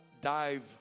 dive